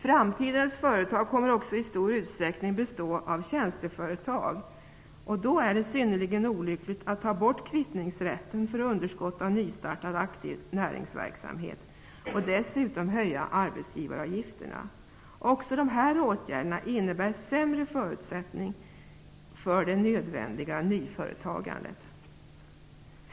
Framtidens företag kommer att i stor utsträckning bestå av tjänsteföretag, och då är det synnerligen olyckligt att ta bort kvittningsrätten för underskott av nystartad aktiv näringsverksamhet och att dessutom höja arbetsgivaravgifterna. Också dessa åtgärder innebär sämre förutsättningar för det nödvändiga nyföretagandet.